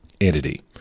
entity